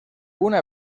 una